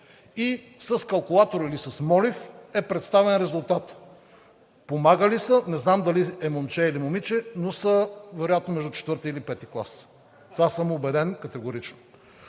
и с калкулатор, или с молив е представен резултатът. Помагали са – не знам дали са момче или момиче, но са вероятно между четвърти или пети клас. В това съм убеден категорично.